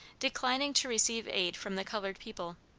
declining to receive aid from the colored people.